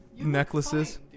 necklaces